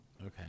Okay